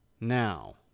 now